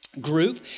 group